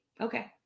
Okay